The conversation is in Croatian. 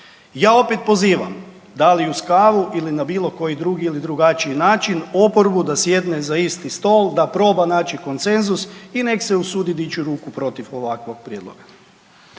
Ja opet pozivam, da li uz kavu ili bilo koji drugi ili drugačiji način oporbu da sjedne za isti stol, da proba naći konsenzus i nek se usudi dići ruku protiv ovakvog prijedloga.